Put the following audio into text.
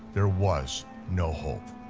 there was no hope.